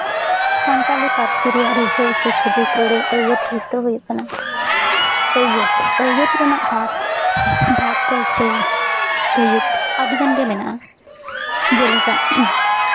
ᱥᱟᱱᱛᱟᱞᱤ ᱯᱟᱹᱨᱥᱤ ᱨᱮᱭᱟᱜ ᱨᱤᱡᱷᱟᱹᱣ ᱥᱤᱵᱤᱞ ᱟᱹᱲᱟᱹ ᱟᱹᱭᱟᱹᱛ ᱦᱤᱸᱥ ᱫᱚ ᱦᱩᱭᱩᱜ ᱠᱟᱱᱟ ᱟᱹᱭᱟᱹᱛ ᱟᱭᱟᱹᱛ ᱨᱮᱱᱟᱜ ᱵᱷᱟᱨᱵᱽ ᱵᱷᱟᱨᱵᱽ ᱠᱚᱥᱮ ᱟᱹᱭᱟᱹᱛ ᱟᱹᱰᱤᱜᱟᱱ ᱜᱮ ᱢᱮᱱᱟᱜᱼᱟ ᱡᱮᱞᱮᱠᱟ